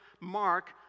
Mark